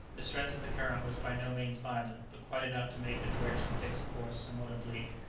the strength of the current was by no means violent, but quite enough to make the direction of dick's course somewhat oblique.